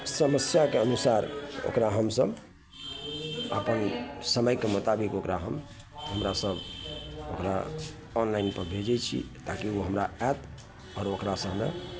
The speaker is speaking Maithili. समस्याके अनुसार ओकरा हमसभ अपन समयके मोताबिक ओकरा हम हमरा सभ ओकरा ऑनलाइन पर भेजैत छी ताकि ओ हमरा आएत आओर ओकरासँ हमरा